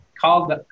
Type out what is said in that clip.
called